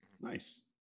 Nice